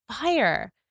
fire